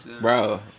Bro